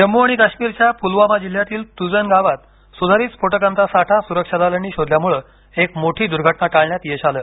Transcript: जम्मू आणि काश्मीरच्या पुलवामा जिल्ह्यातील तुजन गावात सुधारित स्फोटकांचा साठा सुरक्षा दलांनी शोधल्यामुळे एक मोठी दुर्घटना टाळण्यात यश आलं